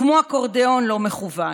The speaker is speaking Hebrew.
כמו אקורדיון לא מכוון.